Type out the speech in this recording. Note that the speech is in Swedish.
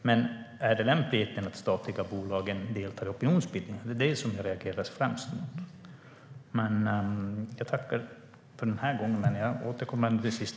Det är lämpligheten i att statliga bolag deltar i opinionsbildning jag främst reagerar mot.